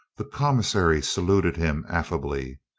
the commissary saluted him affably.